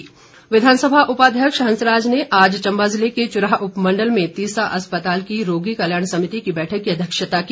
हंसराज विधानसभा उपाध्यक्ष हंसराज ने आज चंबा जिले के चुराह उपमंडल में तीसा अस्पताल की रोगी कल्याण समिति की बैठक की अध्यक्षता की